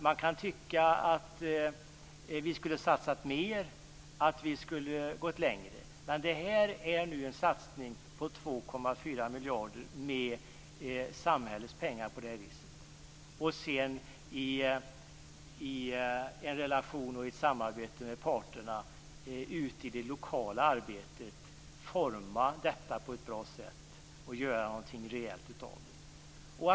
Man kan tycka att vi skulle ha satsat mer, att vi skulle ha gått längre. Men det här är nu en satsning på 2,4 miljarder med samhällets pengar. Sedan får man i en relation och i samarbete med parterna ute i det lokala arbetet forma detta på ett bra sätt och göra något reellt av det.